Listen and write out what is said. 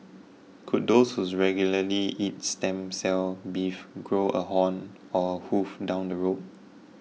could those who's regularly eat stem cell beef grow a horn or a hoof down the road